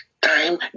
Time